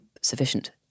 sufficient